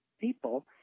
people